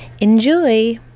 Enjoy